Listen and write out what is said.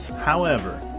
however,